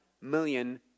million